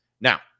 now